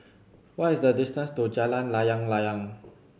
what is the distance to Jalan Layang Layang